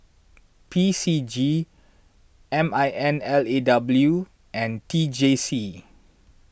P C G M I N L A W and T J C